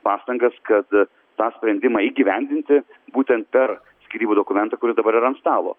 pastangas kad tą sprendimą įgyvendinti būtent per skyrybų dokumentą kuris dabar yra ant stalo